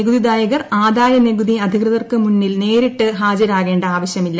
നികുതിദായകർ ആദായ നികുതി അധികൃതർക്കു മുന്നിൽ നേരിട്ട് ഹാജരാകേണ്ട ആവശ്യമില്ല